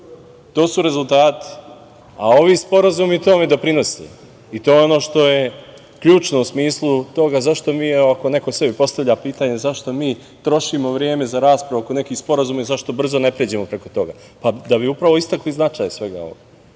To su rezultati, a ovi sporazumi tome doprinose. I to je ono što je ključno u smislu toga zašto mi, ako neko sebi postavlja pitanje, trošimo vreme za raspravu oko nekih sporazuma i zašto brzo ne pređemo preko toga, a to je da bi upravo istakli značaj svega ovoga.